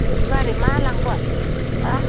बिस्थिबारै मा लांगोन हो